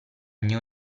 mio